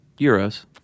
Euros